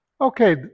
okay